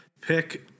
pick